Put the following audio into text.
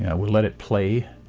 yeah we'll let it play